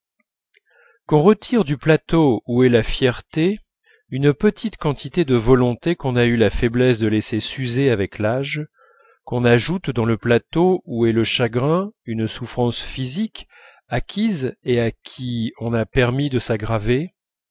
on retire du plateau où est la fierté une petite quantité de volonté qu'on a eu la faiblesse de laisser s'user avec l'âge qu'on ajoute dans le plateau où est le chagrin une souffrance physique acquise et à qui on a permis de s'aggraver